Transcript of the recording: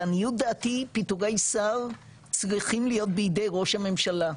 לעניות דעתי פיטורי שר צריכים להיות בידי ראש הממשלה,